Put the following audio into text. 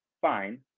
fine